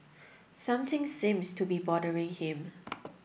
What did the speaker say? something seems to be bothering him